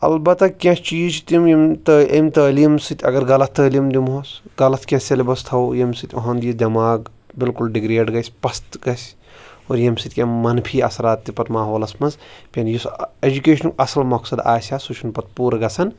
البتہ کینٛہہ چیٖز چھِ تِم یِم تٲ امہِ تعلیٖم سۭتۍ اگر غلط تعلیٖم دِمہوس غلط کیںہہ سٮ۪لبَس تھاوَو ییٚمہِ سۭتۍ اُہُنٛد یہِ دٮ۪ماغ بلکل ڈِگرٛیڈ گژھِ پَستہٕ گژھِ اور ییٚمہِ سۭتۍ یِم منفی اثرات تہِ پَتہٕ ماحولَس منٛز پیٚیہِ نہٕ یُس اٮ۪جوکیشنُک اَصٕل مقصد آسہِ ہا سُہ چھُنہٕ پَتہٕ پوٗرٕ گژھن